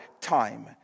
time